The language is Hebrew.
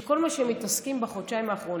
שכל מה שמתעסקים בו בחודשים האחרונים,